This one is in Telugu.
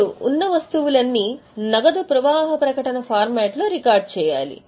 మీరు ఉన్న వస్తువులన్నీ నగదు ప్రవాహ ప్రకటన ఫార్మాట్లో రికార్డ్ చేయాలి